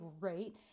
great